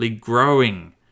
growing